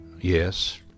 Yes